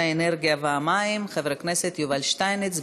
האנרגיה והמים חבר הכנסת יובל שטייניץ.